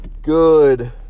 Good